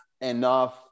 enough